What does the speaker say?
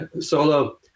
solo